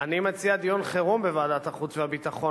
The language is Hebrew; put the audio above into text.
אני מציע דיון חירום בוועדת החוץ והביטחון